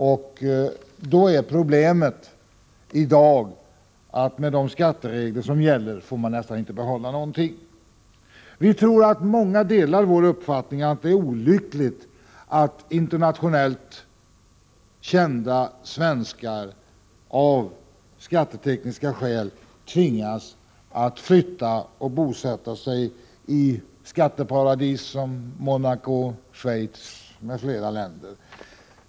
Problemet är då i dag att de med de skatteregler som gäller nästan inte får behålla någonting. Vi tror att många delar vår uppfattning att det är olyckligt att internationellt kända svenskar av skattetekniska skäl tvingas flytta och bosätta sig i skatteparadis som Monaco, Schweiz, m.fl. länder.